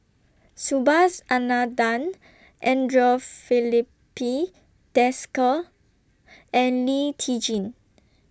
Subhas Anandan Andre Filipe Desker and Lee Tjin